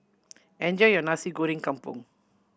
enjoy your Nasi Goreng Kampung